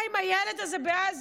מה עם הילד הזה בעזה,